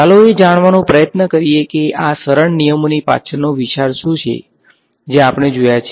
ચાલો એ જાણવાનો પ્રયત્ન કરીએ કે આ સરળ નિયમોની પાછળનો વિચાર શું છે જે આપણે જોયા છે